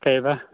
ꯀꯔꯤ ꯍꯥꯏꯕ